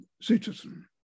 citizen